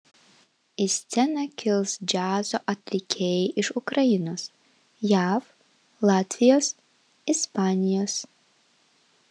į sceną kils džiazo atlikėjai iš ukrainos jav latvijos ispanijos